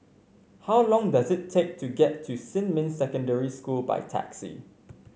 how long does it take to get to Xinmin Secondary School by taxi